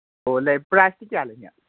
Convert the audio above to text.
ꯑꯣ ꯂꯩꯔꯦ ꯄ꯭ꯔꯥꯏꯁꯇꯤ ꯀꯌꯥ ꯂꯩꯒꯦ